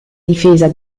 difesa